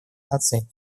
наций